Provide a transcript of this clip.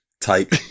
type